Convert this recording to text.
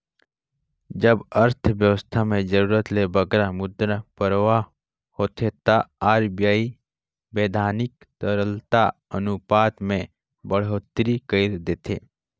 जब अर्थबेवस्था में जरूरत ले बगरा मुद्रा परवाह होथे ता आर.बी.आई बैधानिक तरलता अनुपात में बड़होत्तरी कइर देथे